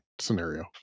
scenario